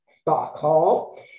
Stockholm